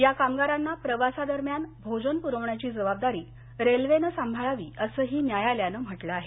या कामगारांना प्रवासादरम्यान भोजन प्रवण्याची जबाबदारी रेल्वेनं सांभाळावी असही न्यायालयानं म्हटलं आहे